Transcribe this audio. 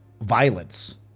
violence